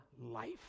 life